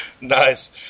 Nice